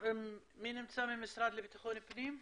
מי נמצא מהמשרד לבטחון פנים?